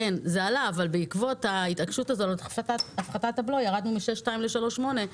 אז זה עלה אבל בעקבות ההתעקשות הזו על הפחתת הבלו ירדנו מ-6.2 ל-3.8.